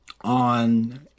on